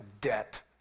debt